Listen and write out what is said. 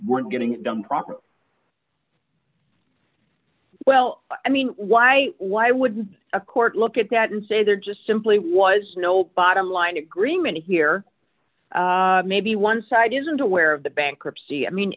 weren't getting it done properly well i mean why why wouldn't a court look at that and say there just simply was no bottom line agreement here maybe one side isn't aware of the bankruptcy i mean